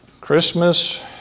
Christmas